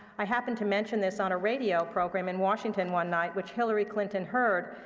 i happened to mention this on a radio program in washington one night, which hillary clinton heard.